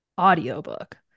audiobook